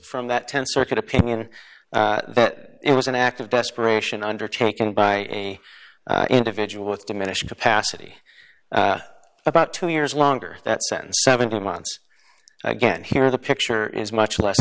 from that th circuit opinion that it was an act of desperation undertaken by a individual with diminished capacity about two years longer that sentence seventeen months again here the picture is much less